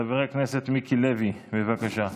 חבר הכנסת מיקי לוי, בבקשה.